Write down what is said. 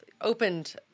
opened